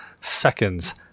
seconds